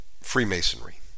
Freemasonry